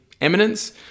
eminence